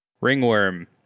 ringworm